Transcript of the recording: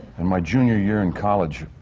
and my junior year in college,